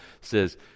says